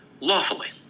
lawfully